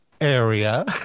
area